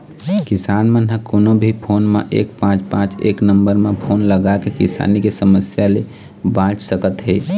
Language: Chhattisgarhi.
किसान मन ह कोनो भी फोन म एक पाँच पाँच एक नंबर म फोन लगाके किसानी के समस्या ले बाँच सकत हे